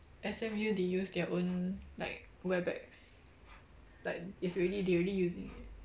S_M_U they use their own like webex like it's already they already using it